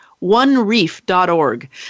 onereef.org